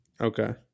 Okay